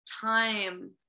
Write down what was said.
time